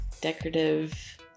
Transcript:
decorative